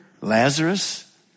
Lazarus